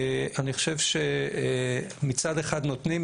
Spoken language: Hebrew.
אני חושב שמצד אחד נותנים,